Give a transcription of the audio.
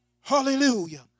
Hallelujah